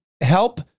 help